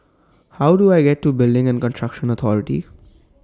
How Do I get to Building and Construction Authority